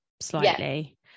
slightly